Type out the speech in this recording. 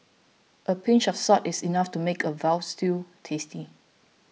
a pinch of salt is enough to make a Veal Stew tasty